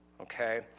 okay